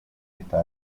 esta